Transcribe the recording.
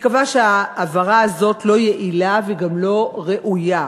ייקבע שההעברה הזאת לא יעילה וגם לא ראויה.